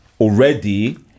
already